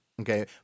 Okay